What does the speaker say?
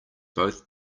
both